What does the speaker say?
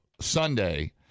Sunday